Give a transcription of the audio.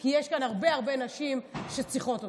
כי יש כאן הרבה הרבה נשים שצריכות אותה.